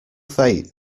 fate